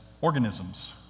organisms